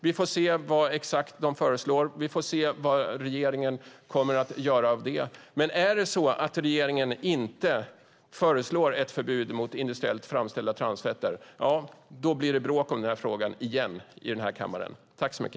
Vi får se vad de exakt föreslår, och vi får se vad regeringen kommer att göra av det. Men om regeringen inte föreslår ett förbud mot industriellt framställda transfetter blir det bråk om denna fråga igen i denna kammare.